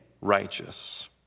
righteous